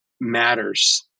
matters